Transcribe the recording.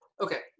okay